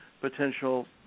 potential